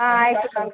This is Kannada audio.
ಹಾಂ ಆಯಿತು